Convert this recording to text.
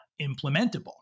implementable